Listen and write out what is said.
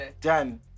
Done